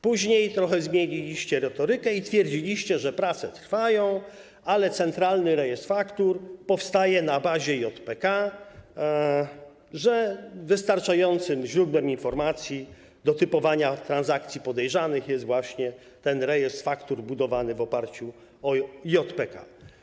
Później trochę zmieniliście retorykę i stwierdziliście, że prace trwają, ale Centralny Rejestr Faktur powstaje na bazie JPK, że wystarczającym źródłem informacji do typowania transakcji podejrzanych jest właśnie ten rejestr faktur budowany w oparciu na JPK.